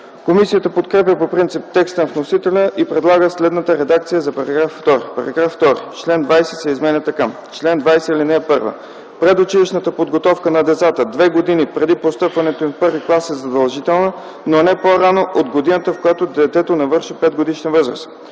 Комисията подкрепя по принцип текста на вносителя и предлага следната редакция за § 2: „§ 2. Член 20 се изменя така: „Чл. 20. (1) Предучилищната подготовка на децата две години преди постъпването им в първи клас е задължителна, но не по-рано от годината, в която детето навършва 5-годишна възраст.